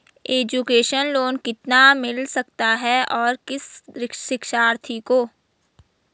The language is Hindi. एजुकेशन लोन कितना मिल सकता है और किस शिक्षार्थी को?